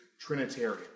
Trinitarian